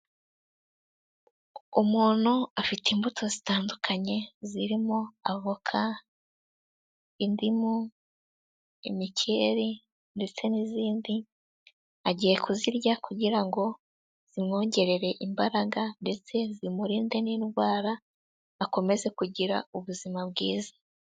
Umuntu afite imbuto zitandukanye zirimo avoka, indimu, imikiyeri ndetse n'izindi, agiye kuzirya kugira ngo zimwongerere imbaraga ndetse zimurinda n'indwara, akomeze kugira ubuzima bwiza.